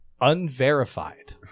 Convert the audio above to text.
Unverified